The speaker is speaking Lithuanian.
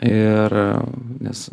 ir nes